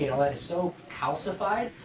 you know like so calcified,